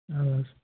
آ